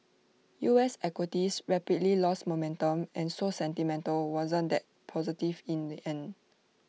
U S equities rapidly lost momentum and so sentimental wasn't that positive in the end